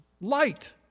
light